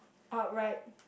outright